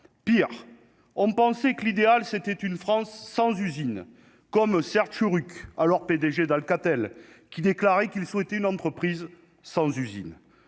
pire, on pensait que l'idéal, c'était une France sans usines comme Serge Tchuruk, alors PDG d'Alcatel qui, déclaré qu'il souhaitait une entreprise sans usine